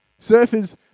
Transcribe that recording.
Surfers